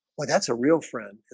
well, that's a real friend.